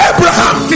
Abraham